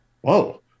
whoa